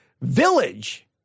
village